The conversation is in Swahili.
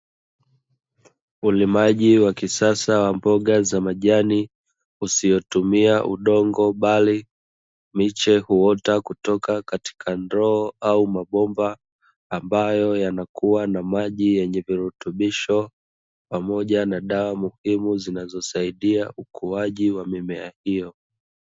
Ulimaji wa kisasa wa mboga za majani usiotumia udongo bali miche huota kutoka katika ndoo au mabomba ambayo yanakuwa na maji yenye virutubisho pamoja na dawa muhimu zinazosaidia ukuwaji wa mimea hiyo.